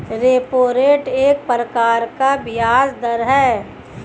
repo rate एक प्रकार का ब्याज़ दर है